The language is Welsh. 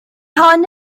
hon